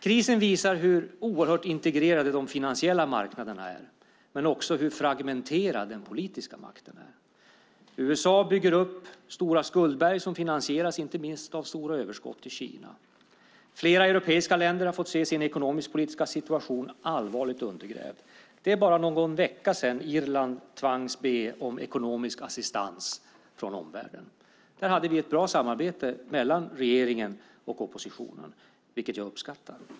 Krisen visar hur oerhört integrerade de finansiella marknaderna är men också hur fragmenterad den politiska makten är. USA bygger upp stora skuldberg som finansieras inte minst av stora överskott i Kina. Flera europeiska länder har fått se sin ekonomisk-politiska situation allvarligt undergrävd. Det är bara någon vecka sedan Irland tvingades be om ekonomisk assistans från omvärlden. Där hade vi ett bra samarbete mellan regeringen och oppositionen, vilket jag uppskattar.